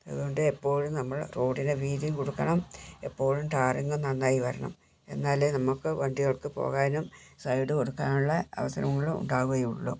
അതുകൊണ്ട് എപ്പോഴും നമ്മൾ റോഡിന് വീതി കൊടുക്കണം എപ്പോഴും ടാറിങ് നന്നായി വരണം എന്നാലേ നമുക്ക് വണ്ടികൾക്ക് പോകാനും സൈഡ് കൊടുക്കാനുള്ള അവസരങ്ങൾ ഉണ്ടാവുകയുള്ളു